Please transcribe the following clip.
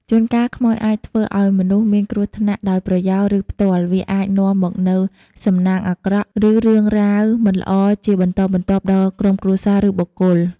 ជួនកាលខ្មោចអាចធ្វើឱ្យមនុស្សមានគ្រោះថ្នាក់ដោយប្រយោល ឬផ្ទាល់ វាអាចនាំមកនូវសំណាងអាក្រក់ ឬរឿងរ៉ាវមិនល្អជាបន្តបន្ទាប់ដល់ក្រុមគ្រួសារ ឬបុគ្គល។